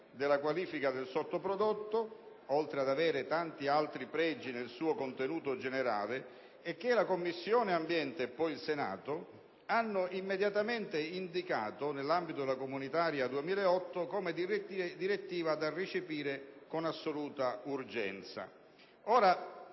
della qualifica del sottoprodotto, oltre ad avere tanti altri pregi nel suo contenuto generale. La Commissione ambiente e poi il Senato l'hanno immediatamente indicata nell'ambito della legge comunitaria 2008 come una direttiva da recepire con assoluta urgenza.